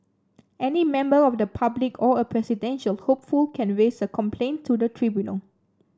any member of the public or a presidential hopeful can raise a complaint to the tribunal